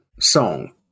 song